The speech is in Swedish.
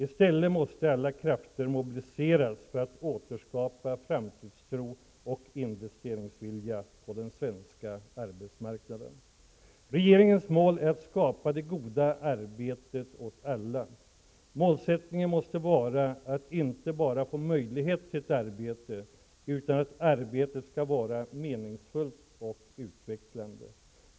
I stället måste alla krafter mobiliseras för att återskapa framtidstro och investeringsvilja på den svenska arbetsmarknaden. Regeringens mål är att skapa det goda arbetet åt alla. Målsättningen måste vara att inte bara få möjlighet till ett arbete utan att arbetet skall vara meningsfullt och utvecklande.